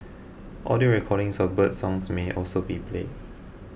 audio recordings of birdsong may also be played